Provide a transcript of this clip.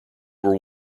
were